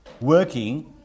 working